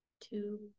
two